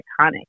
iconic